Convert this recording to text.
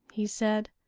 he said.